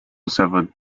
severed